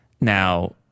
Now